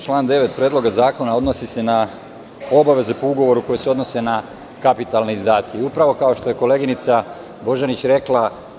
Član 9. Predloga zakona odnosi se na obaveze po ugovoru koje se odnose na kapitalne izdatke, upravo što je koleginica Božanić rekla.